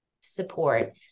support